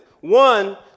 One